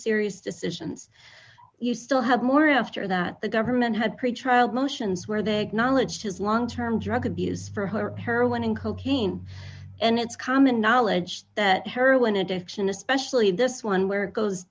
serious decisions you still have more after that the government had pretrial motions where they acknowledged his long term drug abuse for her apparel and cocaine and it's common knowledge that heroin addiction especially this one where it goes